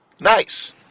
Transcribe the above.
Nice